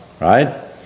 Right